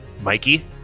Mikey